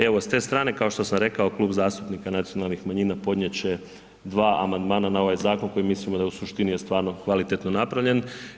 Evo, s te stranke kao što sam rekao Klub zastupnika nacionalnih manjina podnijet će dva amandmana na ovaj zakon koji mislimo da je u suštini stvarno kvalitetno napravljen.